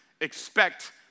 Expect